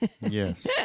Yes